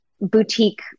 boutique